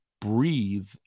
breathe